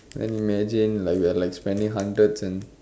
then imagine like we are spending hundreds and